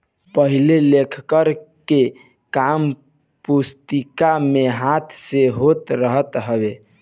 पहिले लेखाकरण के काम पुस्तिका में हाथ से होत रहल हवे